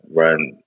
run